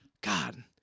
God